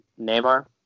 Neymar